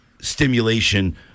stimulation